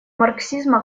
марксизма